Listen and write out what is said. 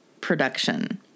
production